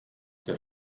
der